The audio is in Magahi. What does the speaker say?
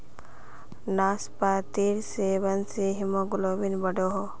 नास्पातिर सेवन से हीमोग्लोबिन बढ़ोह